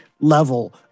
level